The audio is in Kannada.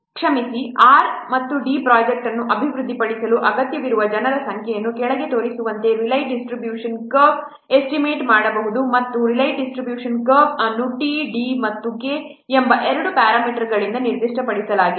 ಕ್ಷಮಿಸಿ R ಮತ್ತು D ಪ್ರೊಜೆಕ್ಟ್ ಅನ್ನು ಅಭಿವೃದ್ಧಿಪಡಿಸಲು ಅಗತ್ಯವಿರುವ ಜನರ ಸಂಖ್ಯೆಯನ್ನು ಕೆಳಗೆ ತೋರಿಸಿರುವಂತೆ Rayleigh distribution curve distribution curve estimate ಮಾಡಬಹುದು ಮತ್ತು ರೇಲೈ ಡಿಸ್ಟ್ರಿಬ್ಯೂಷನ್ ಕರ್ವ್ ಅನ್ನು T d ಮತ್ತು K ಎಂಬ ಎರಡು ಪ್ಯಾರಾಮೀಟರ್ಗಳಿಂದ ನಿರ್ದಿಷ್ಟಪಡಿಸಲಾಗಿದೆ